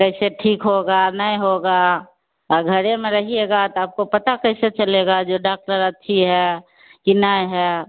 कैसे ठीक होगा नहीं होगा अर घर मे रहिएगा तो आपको पता कैसे चलेगा जो डॉक्टर अच्छी है कि नहीं है